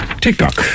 TikTok